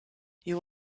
you